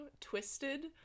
Twisted